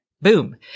boom